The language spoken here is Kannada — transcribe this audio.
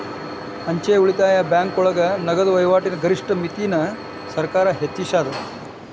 ಅಂಚೆ ಉಳಿತಾಯ ಬ್ಯಾಂಕೋಳಗ ನಗದ ವಹಿವಾಟಿನ ಗರಿಷ್ಠ ಮಿತಿನ ಸರ್ಕಾರ್ ಹೆಚ್ಚಿಸ್ಯಾದ